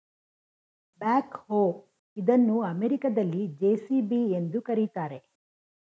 back ಹೋ ಇದನ್ನು ಅಮೆರಿಕದಲ್ಲಿ ಜೆ.ಸಿ.ಬಿ ಎಂದು ಕರಿತಾರೆ